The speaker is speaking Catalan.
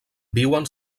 viuen